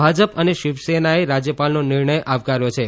ભાજપ અને શિવસેનાએ રાજ્યપાલનો નિર્ણય આવકાર્યો છે